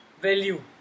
value